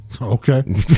Okay